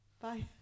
Bye